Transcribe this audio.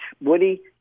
woody